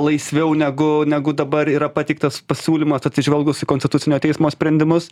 laisviau negu negu dabar yra pateiktas pasiūlymas atsižvelgus į konstitucinio teismo sprendimus